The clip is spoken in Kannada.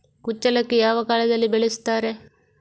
ಕುಚ್ಚಲಕ್ಕಿ ಯಾವ ಕಾಲದಲ್ಲಿ ಬೆಳೆಸುತ್ತಾರೆ?